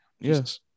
yes